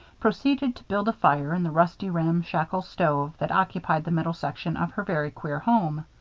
proceeded to build a fire in the rusty, ramshackle stove that occupied the middle section of her very queer home.